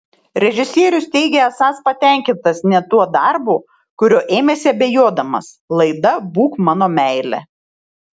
režisierius teigia esąs patenkintas net tuo darbu kurio ėmėsi abejodamas laida būk mano meile